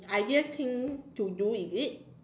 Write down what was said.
ideal thing to do is it